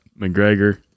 McGregor